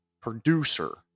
producer